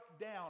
down